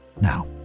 Now